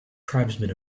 tribesmen